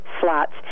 slots